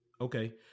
Okay